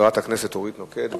חברת הכנסת אורית נוקד.